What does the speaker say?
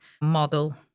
model